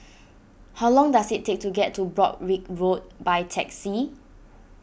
how long does it take to get to Broadrick Road by taxi